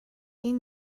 این